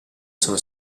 sono